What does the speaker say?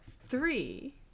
Three